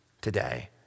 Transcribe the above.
today